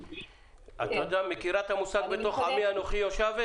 את מכירה את המושג "אנוכי בתוך עמי יושבת"?